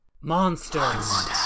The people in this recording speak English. Monsters